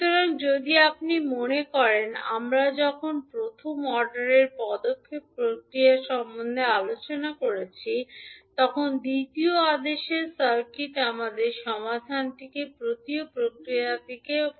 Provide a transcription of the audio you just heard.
সুতরাং যদি আপনি মনে করেন আমরা যখন প্রথম অর্ডারের পদক্ষেপ প্রতিক্রিয়া সম্পর্কে আলোচনা করছি তখন দ্বিতীয় আদেশের সার্কিট আমরা সমাধানটিকে প্রাকৃতিক প্রতিক্রিয়াতে রূপান্তরিত করেছি